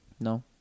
No